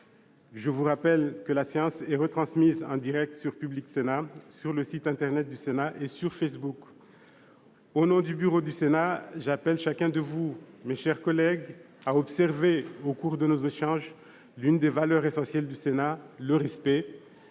Je vous rappelle que la séance est retransmise en direct sur Public Sénat, sur le site internet du Sénat et sur Facebook. Au nom du bureau du Sénat, j'appelle chacun de vous, mes chers collègues, à observer au cours de nos échanges l'une des valeurs essentielles du Sénat : le respect,